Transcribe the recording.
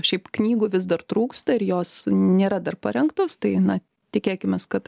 šiaip knygų vis dar trūksta ir jos nėra dar parengtos tai na tikėkimės kad